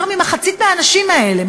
יותר ממחצית מהאנשים האלה,